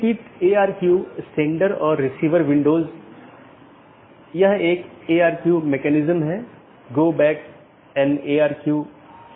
BGP चयन एक महत्वपूर्ण चीज है BGP एक पाथ वेक्टर प्रोटोकॉल है जैसा हमने चर्चा की